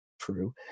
true